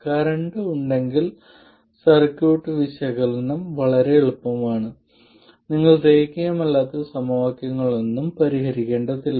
current ഉണ്ടെങ്കിൽ circuit വിശകലനം വളരെ എളുപ്പമാണ് നിങ്ങൾ രേഖീയമല്ലാത്ത സമവാക്യങ്ങളൊന്നും പരിഹരിക്കേണ്ടതില്ല